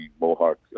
Mohawk